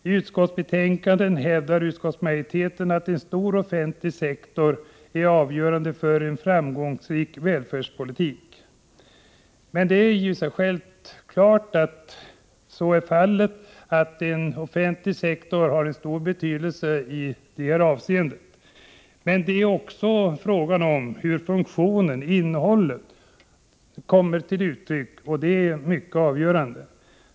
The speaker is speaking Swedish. I utskottsbetänkandet hävdar utskottsmajoriteten att en stor offentlig sektor är avgörande för en framgångsrik välfärdspolitik. Det är självklart att en offentlig sektor har en stor betydelse i detta avseende, men det är också fråga om hur själva funktionen, innehållet, kommer till uttryck — något som är mycket avgörande.